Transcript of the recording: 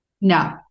No